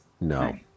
No